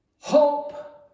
hope